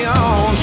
on